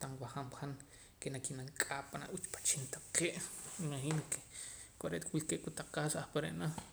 tan wajaam han ke naki'nam k'aa panaa' uchpachiil taqee' me imagino ke kore'eet wulkee' kotaq casos taqee' ahpare'